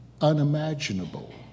unimaginable